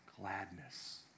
gladness